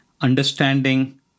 understanding